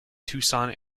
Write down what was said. tucson